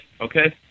okay